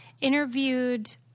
interviewed